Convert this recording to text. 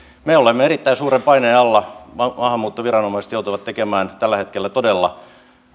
me olemme erittäin suuren paineen alla maahanmuuttoviranomaiset joutuvat tekemään tällä hetkellä todella